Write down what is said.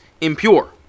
impure